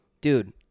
dude